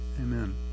amen